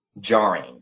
jarring